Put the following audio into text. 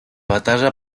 batalla